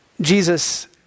Jesus